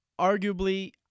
arguably